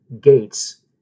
Gates